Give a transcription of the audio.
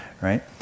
right